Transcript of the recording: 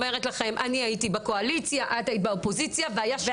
אני הייתי בקואליציה ואת היית באופוזיציה והיה שיתוף פעולה.